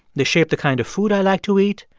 they shape the kind of food i like to eat,